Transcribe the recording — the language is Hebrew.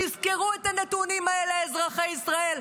תזכרו את הנתונים האלה, אזרחי ישראל.